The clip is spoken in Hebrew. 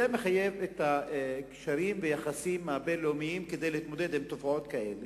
זה מחייב את הקשרים ביחסים הבין-לאומיים כדי להתמודד עם תופעות כאלה.